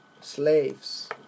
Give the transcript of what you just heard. slaves